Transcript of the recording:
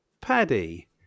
Paddy